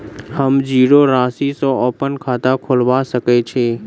हम जीरो राशि सँ अप्पन खाता खोलबा सकै छी?